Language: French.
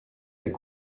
est